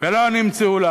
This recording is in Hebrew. ולא נמצאו לה